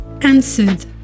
answered